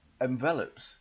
envelops